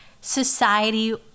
society